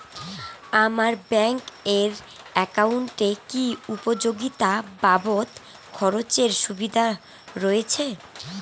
আমার ব্যাংক এর একাউন্টে কি উপযোগিতা বাবদ খরচের সুবিধা রয়েছে?